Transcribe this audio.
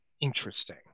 interesting